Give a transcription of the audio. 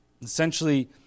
Essentially